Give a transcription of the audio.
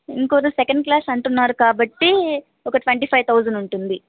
ఇంకొకరు second class అంటున్నారు కాబట్టి ఒక ట్వంటీ ఫైవ్ థౌజండ్ ఉంటుంది